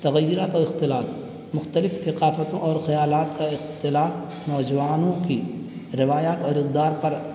تغیرات اور اختلاط مختلف ثقافتوں اور خیالات کا اختلاط نوجوانوں کی روایات اور اقدار پر